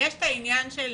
יש את העניין של